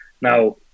Now